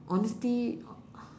honesty